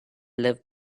live